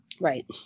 Right